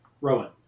Rowan